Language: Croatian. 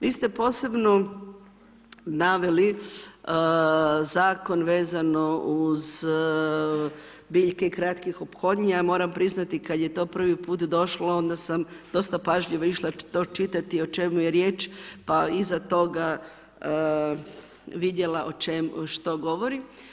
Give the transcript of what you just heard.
Vi ste posebno naveli zakon vezano uz biljke kratkih ophodnji, ja moram priznati kada je to prvi put došlo onda sam dosta pažljivo išla to čitati o čemu je riječ pa iza toga vidjela što govori.